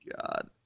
God